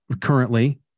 currently